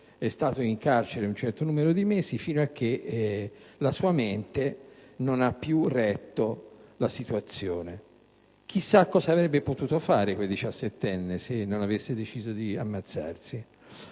è stato in carcere alcuni mesi, fino a che la sua mente non ha più retto la situazione. Chissà cosa avrebbe potuto fare quel diciassettenne se non avesse deciso di ammazzarsi!